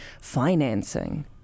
financing